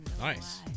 Nice